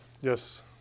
Yes